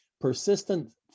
persistent